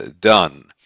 done